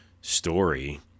story